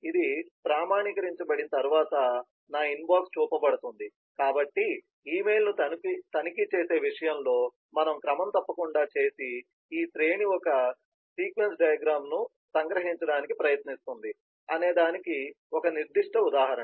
ఇది ప్రామాణీకరించబడిన తర్వాత నా ఇన్బాక్స్ చూపబడుతుంది కాబట్టి ఇమెయిల్ను తనిఖీ చేసే విషయంలో మనం క్రమం తప్పకుండా చేసే ఈ శ్రేణి ఒక సీక్వెన్స్ డయాగ్రమ్ ను సంగ్రహించడానికి ప్రయత్నిస్తుంది అనేదానికి ఒక నిర్దిష్ట ఉదాహరణ